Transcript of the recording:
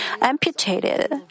amputated